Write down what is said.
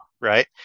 right